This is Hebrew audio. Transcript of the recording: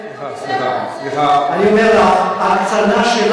אני זוכרת שהליכוד דיבר,